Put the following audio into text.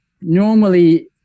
normally